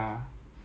actually